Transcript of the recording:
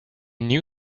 knew